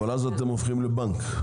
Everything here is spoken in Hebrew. אבל אז אתם הופכים לבנק.